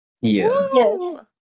Yes